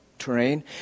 Terrain